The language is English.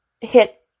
hit